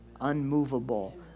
unmovable